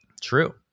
true